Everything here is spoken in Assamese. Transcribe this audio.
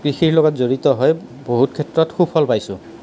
কৃষিৰ লগত জড়িত হৈ বহুত ক্ষেত্ৰত সুফল পাইছোঁ